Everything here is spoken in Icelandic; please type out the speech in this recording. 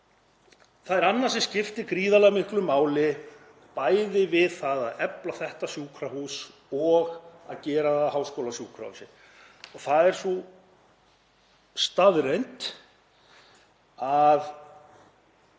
Það er annað sem skiptir gríðarlega miklu máli, bæði við að efla þetta sjúkrahús og að gera það að háskólasjúkrahúsi. Það er sú staðreynd að